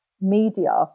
media